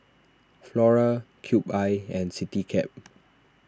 Flora Cube I and CityCab